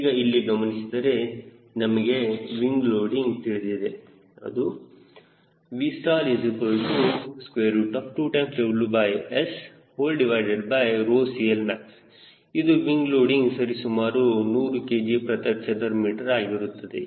ಈಗ ಇಲ್ಲಿ ಗಮನಿಸಿದರೆ ನಮಗೆ ವಿಂಗ್ ಲೋಡಿಂಗ್ ತಿಳಿದಿದೆ ಅದು Vstall2WSCLmax ಮತ್ತು ವಿಂಗ್ ಲೋಡಿಂಗ್ ಸರಿ ಸುಮಾರು 100 kg ಪ್ರತಿ ಚದರ ಮೀಟರ್ ಆಗಿರುತ್ತದೆ